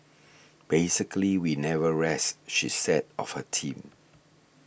basically we never rest she said of her team